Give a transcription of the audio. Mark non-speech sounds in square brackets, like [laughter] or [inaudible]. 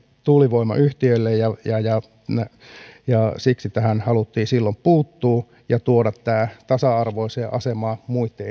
tuulivoimayhtiöille siksi tähän haluttiin silloin puuttua ja tuoda tämä tasa arvoiseen asemaan muitten [unintelligible]